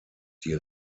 die